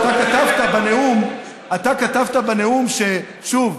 אתה כתבת בנאום, ששוב,